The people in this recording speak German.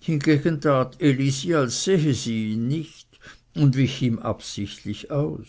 hingegen tat elisi als sehe es ihn nicht und wich ihm absichtlich aus